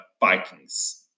Vikings